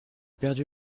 perdu